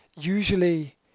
usually